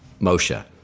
Moshe